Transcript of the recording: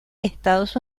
estados